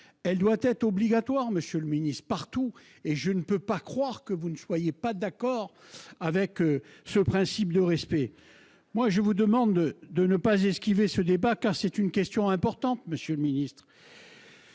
elle doit être partout obligatoire, monsieur le ministre, et je ne puis croire que vous ne soyez pas d'accord avec ce principe de respect. Je vous demande de ne pas esquiver ce débat, car c'est une question importante. Monsieur le ministre,